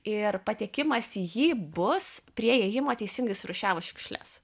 ir patekimas į jį bus prie įėjimo teisingai surūšiavus šiukšles